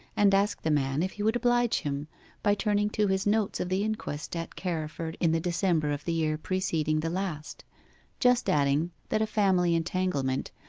and asked the man if he would oblige him by turning to his notes of the inquest at carriford in the december of the year preceding the last just adding that a family entanglement,